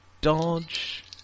dodge